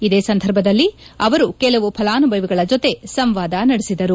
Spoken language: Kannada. ಇದೇ ಸಂದರ್ಭದಲ್ಲಿ ಅವರು ಕೆಲವು ಫಲಾನುಭವಿಗಳ ಜೊತೆ ಸಂವಾದ ನಡೆಸಿದರು